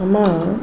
मम